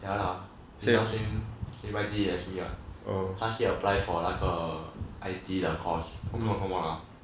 ya lah same same same I_T_E as me ah 他去 apply for 那个 err I_T_E 的 course don't know call what ah